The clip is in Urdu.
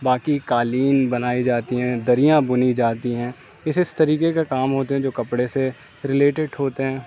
باقی قالین بنائی جاتی ہیں دریاں بنی جاتی ہیں اس اس طریقے کے کام ہوتے ہیں جو کپڑے سے ریلیٹڈ ہوتے ہیں